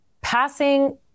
passing